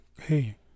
hey